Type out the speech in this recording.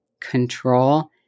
control